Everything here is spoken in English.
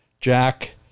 Jack